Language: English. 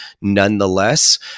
nonetheless